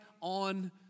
on